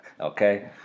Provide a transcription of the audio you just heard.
Okay